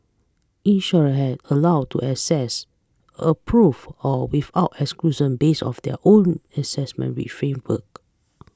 insurer are allowed to assess approve or without exclusion base of their own assessment framework